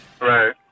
Right